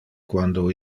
quando